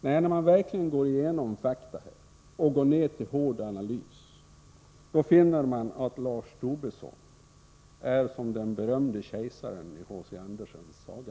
Nej, när man verkligen går igenom fakta och gör en hård analys, finner man att Lars Tobisson är som den berömde kejsaren i H. C. Andersens saga.